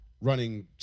running